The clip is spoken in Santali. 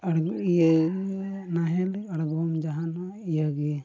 ᱟᱨ ᱤᱭᱟᱹ ᱱᱟᱦᱮᱞ ᱟᱲᱜᱚᱢ ᱡᱟᱦᱟᱱᱟᱜ ᱤᱭᱟᱹ ᱜᱮ